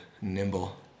nimble